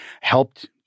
helped